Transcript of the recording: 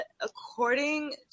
according